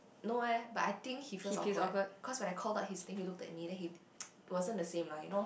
no eh I but think he feels awkward cause when I call out his name he looked at me then he it's wasn't the same lah you know